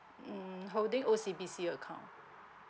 mm holding O_C_B_C account